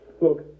Look